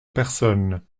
personnes